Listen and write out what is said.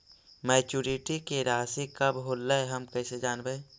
Maturity के रासि कब होलै हम कैसे जानबै?